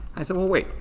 i said, well wait,